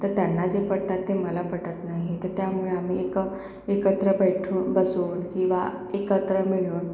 तर त्यांना जे पटतात ते मला पटत नाही तर त्यामुळे आम्ही एका एकत्र बैठू बसून किंवा एकत्र मिळून